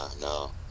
no